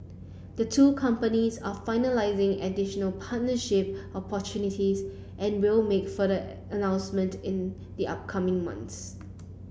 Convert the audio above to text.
the two companies are finalising additional partnership opportunities and will make further announcements in the upcoming months